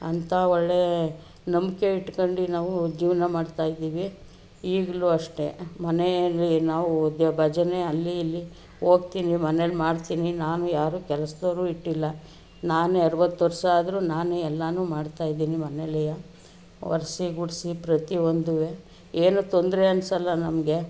ಅಂಥ ಒಳ್ಳೆಯ ನಂಬಿಕೆ ಇಟ್ಕೊಂಡು ನಾವು ಜೀವನ ಮಾಡ್ತಾ ಇದೀವಿ ಈಗಲೂ ಅಷ್ಟೇ ಮನೆಯಲ್ಲಿ ನಾವು ದೆ ಭಜನೆ ಅಲ್ಲಿ ಇಲ್ಲಿ ಹೋಗ್ತೀನಿ ಮನೆಯಲ್ ಮಾಡ್ತೀನಿ ನಾನು ಯಾರೂ ಕೆಲ್ಸದವ್ರು ಇಟ್ಟಿಲ್ಲ ನಾನೇ ಅರ್ವತ್ತು ವರ್ಷ ಆದರೂ ನಾನೇ ಎಲ್ಲಾ ಮಾಡ್ತಾ ಇದೀನಿ ಮನೆಯೆಲ್ಲ ಒರ್ಸಿ ಗುಡಿಸಿ ಪ್ರತಿ ಒಂದು ಏನೂ ತೊಂದರೆ ಅನ್ಸೋಲ್ಲ ನಮಗೆ